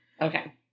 Okay